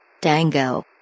Dango